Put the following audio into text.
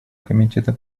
комитета